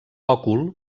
òcul